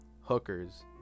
Hookers